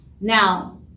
Now